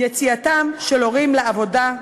יציאתם של הורים לעבודה,